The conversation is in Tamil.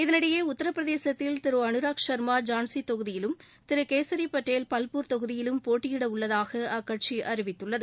இதனிடையே உத்தரப்பிரதேச்தில் திரு அனுராக் சர்மா ஜான்சி தொகுதியிலும் திரு கேசரி பட்டேல் பல்பூர் தொகுதியிலும் போட்டியிட உள்ளதாக அக்கட்சி அறிவிக்கப்பட்டுள்ளது